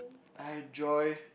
I enjoy